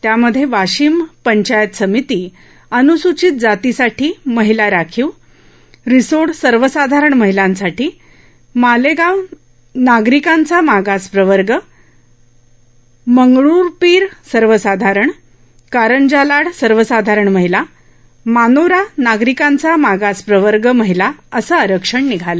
त्यामध्ये वाशिम पंचायत समिती अन्सूचित जाती साठी महिला राखीव रिसोड सर्वसाधारण महिला मालेगाव नागरिकांचा मागास प्रवर्ग मंगरुळपीर सर्वसाधारण कारंजा लाड सर्वसाधारण महिला मानोरा नागरिकांचा मागास प्रवर्ग महिला असे आरक्षण निघाले